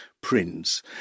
prince